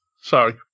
sorry